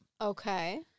Okay